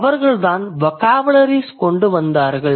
அவர்கள்தான் வொகாபுலரீஸ் கொண்டு வந்தார்கள்